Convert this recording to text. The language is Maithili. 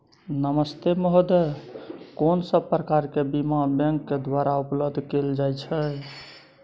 नमस्ते महोदय, कोन सब प्रकार के बीमा बैंक के द्वारा उपलब्ध कैल जाए छै?